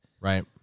Right